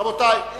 רבותי,